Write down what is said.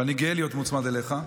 ואני גאה להיות מוצמד אליך.